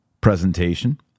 presentation